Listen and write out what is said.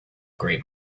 great